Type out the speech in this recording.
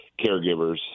caregivers